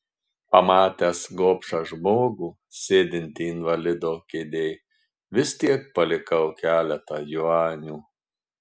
pamatęs gobšą žmogų sėdintį invalido kėdėj vis tiek palikau keletą juanių